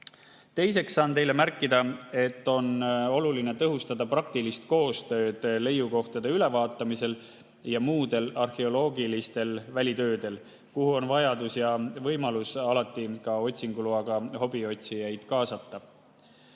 Teiseks saan teile märkida, et on oluline tõhustada praktilist koostööd leiukohtade ülevaatamisel ja muudel arheoloogilistel välitöödel, kuhu on vajalik ja võimalik alati ka otsinguloaga hobiotsijaid kaasata.